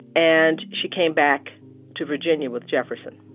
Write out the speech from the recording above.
and she came back to virginia with jefferson